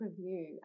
review